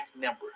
number